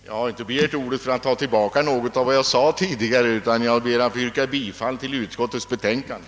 Herr talman! Jag har inte begärt ordet för att ta tillbaka vad jag sade tidigare, utan för att få yrka bifall till utskottets betänkande.